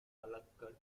palakkad